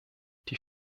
die